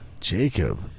Jacob